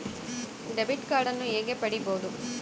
Debit ಕಾರ್ಡನ್ನು ಹೇಗೆ ಪಡಿಬೋದು?